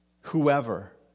whoever